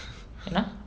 என்னா:ennaa